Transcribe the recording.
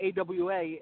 AWA